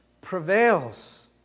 prevails